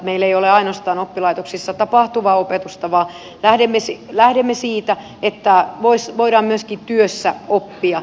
meillä ei ole ainoastaan oppilaitoksissa tapahtuvaa opetusta vaan lähdemme siitä että voidaan myöskin työssä oppia